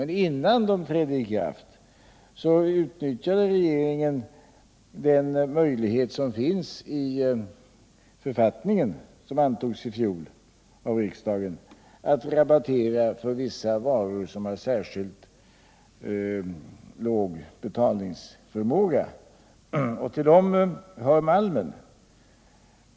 Men innan de trädde i kraft utnyttjade regeringen den möjlighet som finns i den författning som antogs av riksdagen i fjol att rabattera vissa varor som har särskilt låg betalningsförmåga. Till dem hör malmen.